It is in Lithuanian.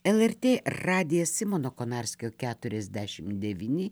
lrt radijas simono konarskio keturiasdešim devyni